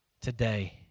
today